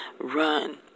run